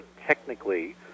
technically